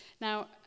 Now